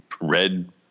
red